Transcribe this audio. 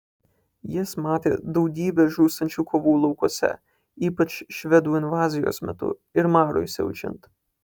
jis matė daugybę žūstančių kovų laukuose ypač švedų invazijos metu ir marui siaučiant